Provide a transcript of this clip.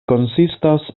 konsistas